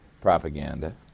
propaganda